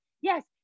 yes